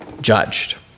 judged